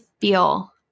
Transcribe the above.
feel